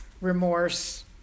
remorse